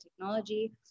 technology